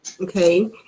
Okay